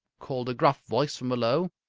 called a gruff voice from below.